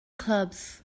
clubs